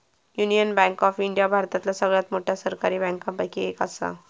union bank of India भारतातल्या सगळ्यात मोठ्या सरकारी बँकांपैकी एक असा